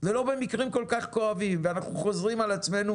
ולא במקרים כל כך כואבים ואנחנו חוזרים על עצמינו